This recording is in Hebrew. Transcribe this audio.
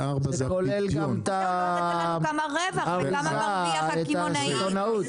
ה-64 זה הפדיון -- כמה רווח וכמה מרוויח הקמעונאי.